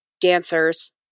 dancers